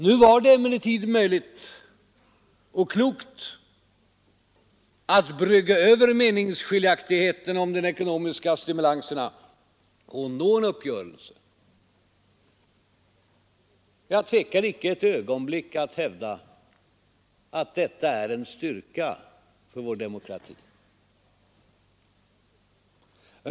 Nu var det emellertid möjligt och klokt att brygga över meningsskiljaktigheterna om de ekonomiska stimulanserna och nå en uppgörelse. Jag tvekar icke ett ögonblick att hävda att detta är en styrka för vår demokrati.